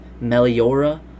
Meliora